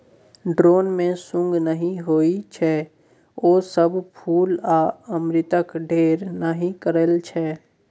drone मे सुंग नहि होइ छै ओ सब फुल आ अमृतक ढेर नहि करय छै